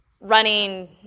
running